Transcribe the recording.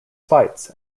fights